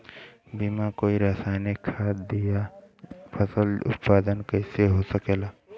बिना कोई रसायनिक खाद दिए फसल उत्पादन कइसे हो सकेला?